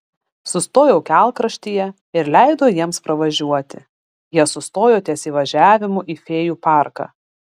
sustojau kelkraštyje ir leidau jiems pravažiuoti jie sustojo ties įvažiavimu į fėjų parką